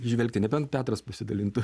įžvelgti nebent petras pasidalintų